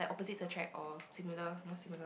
opposites attract or similar more similar